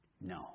No